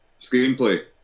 screenplay